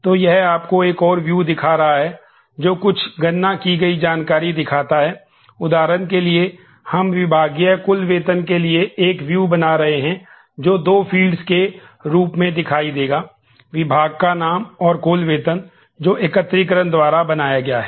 तो यह व्यू के रूप में दिखाई देगा विभाग का नाम और कुल वेतन जो एकत्रीकरण द्वारा बनाया गया है